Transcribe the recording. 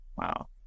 Wow